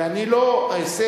ואני לא אעשה,